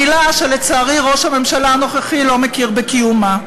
מילה שלצערי ראש הממשלה הנוכחי לא מכיר בקיומה.